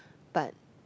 but